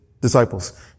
disciples